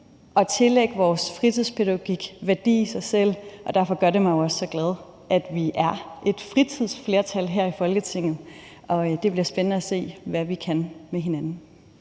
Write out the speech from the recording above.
og tillægge vores fritidspædagogik værdi i sig selv. Derfor gør det mig jo også så glad, at vi er et fritidsflertal her i Folketinget, og det bliver spændende at se, hvad vi kan med hinanden.